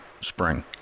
spring